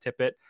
Tippett